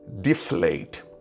deflate